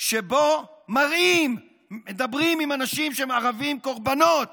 שבו מראים, מדברים עם אנשים שהם ערבים, קורבנות